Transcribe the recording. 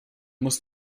muss